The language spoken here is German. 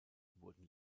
wurden